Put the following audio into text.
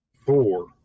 four